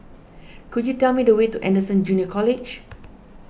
could you tell me the way to Anderson Junior College